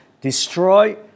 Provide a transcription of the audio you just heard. destroy